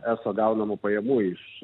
eso gaunamų pajamų iš